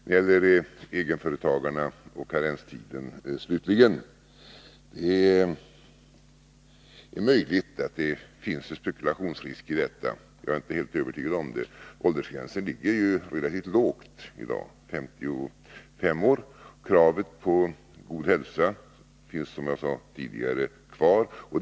När det slutligen gäller egenföretagarna och karenstiden är det möjligt att det här finns en spekulationsrisk. Jag är inte helt övertygad om det. Åldersgränsen ligger ju relativt lågt i dag, den är 55 år, och kravet på god hälsa finns kvar, som jag sade.